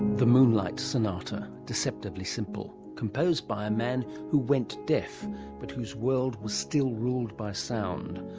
the moonlight sonata. deceptively simple. composed by a man who went deaf but whose world was still ruled by sound.